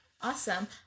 awesome